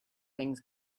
things